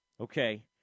Okay